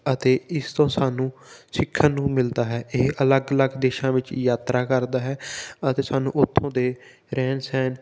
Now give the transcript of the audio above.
ਅਤੇ ਇਸ ਤੋਂ ਸਾਨੂੰ ਸਿੱਖਣ ਨੂੰ ਮਿਲਦਾ ਹੈ ਇਹ ਅਲੱਗ ਅਲੱਗ ਦੇਸ਼ਾਂ ਵਿੱਚ ਯਾਤਰਾ ਕਰਦਾ ਹੈ ਅਤੇ ਸਾਨੂੰ ਉੱਥੋਂ ਦੇ ਰਹਿਣ ਸਹਿਣ